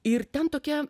ir ten tokia